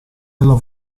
della